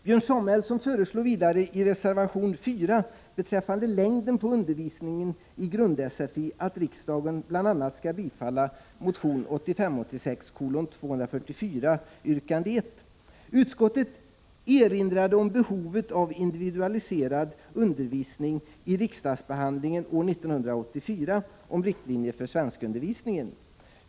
Björn Samuelson föreslår vidare i reservation 4 beträffande längden på undervisningen i grund-sfi att riksdagen bl.a. skall bifalla motion 1985/ 86:244 yrkande 1. Utskottet erinrade om behovet av individualiserad undervisning i riksdagsbehandlingen år 1984 om riktlinjer för svenskundervisningen.